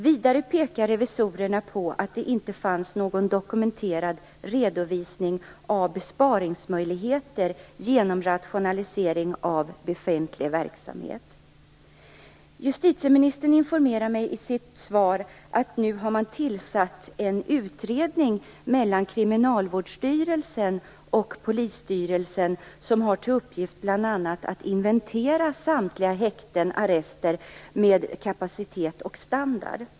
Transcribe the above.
Vidare pekar revisorerna på att det inte fanns någon dokumenterad redovisning av besparingsmöjligheter genom rationalisering av befintlig verksamhet. Justitieministern informerar mig i sitt svar att man nu har tillsatt en utredning från Kriminalvårdsstyrelsen och Rikspolisstyrelsen som har till uppgift att bl.a. inventera samtliga häkten och arrester vad gäller kapacitet och standard.